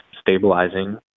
stabilizing